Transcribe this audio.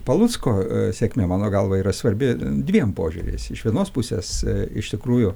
palucko sėkmė mano galva yra svarbi dviem požiūriais iš vienos pusės iš tikrųjų